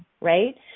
right